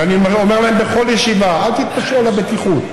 ואני אומר להם בכל ישיבה: אל תתפשרו על הבטיחות,